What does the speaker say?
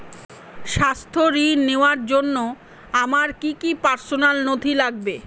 স্বাস্থ্য ঋণ নেওয়ার জন্য আমার কি কি পার্সোনাল নথি লাগবে?